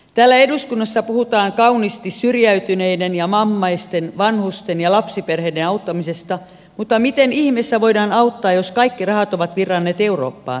täällä eduskunnassa puhutaan kauniisti syrjäytyneiden ja vammaisten vanhusten ja lapsiperheiden auttamisesta mutta miten ihmeessä voidaan auttaa jos kaikki rahat ovat virranneet eurooppaan